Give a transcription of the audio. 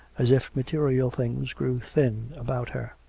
as if material things grew thin about her.